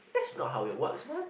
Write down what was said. that's not how you what's one